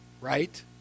right